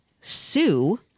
sue